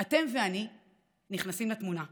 אתם ואני נכנסים לתמונה כאן.